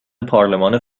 پارلمان